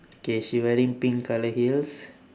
okay she wearing pink colour heels